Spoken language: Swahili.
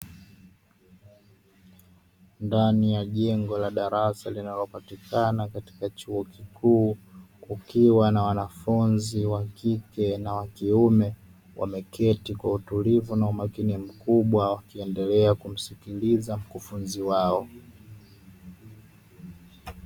Ndani ya jengo la darasa linalopatikana katika chuo kikuu kukiwa na wanafunzi wa kike na wa kiume wameketi kwa utulivu na umakini mkubwa, wakiendelea kumsikiliza mkufunzi wao.